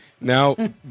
Now